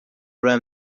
ram